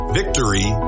victory